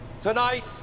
Tonight